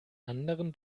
anderen